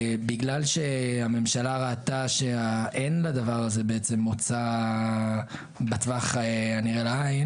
בגלל שהממשלה ראתה שאין לדבר הזה מוצא בטווח הנראה לעין